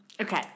Okay